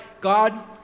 God